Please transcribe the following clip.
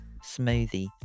smoothie